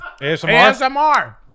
ASMR